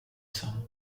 sen